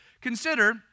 Consider